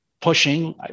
pushing